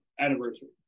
anniversary